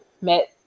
met